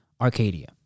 Arcadia